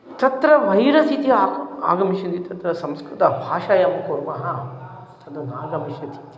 तत्र वैरस् इति आक् आगमिष्यति तत्र संस्कृतभाषायां कुर्मः तद् नागमिष्यति